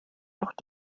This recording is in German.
doch